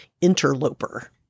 interloper